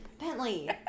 Bentley